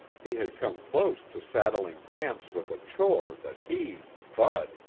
he had come close to saddling gramps with a chore that he, bud,